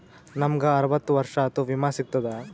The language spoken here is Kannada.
ನಮ್ ಗ ಅರವತ್ತ ವರ್ಷಾತು ವಿಮಾ ಸಿಗ್ತದಾ?